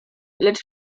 lecz